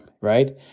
right